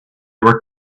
were